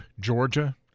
Georgia